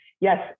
yes